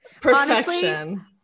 perfection